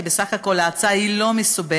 כי בסך הכול ההצעה היא לא מסובכת,